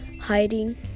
hiding